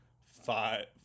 five